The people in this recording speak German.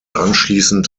anschließend